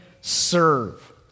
serve